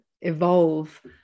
evolve